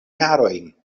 jarojn